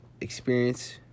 experience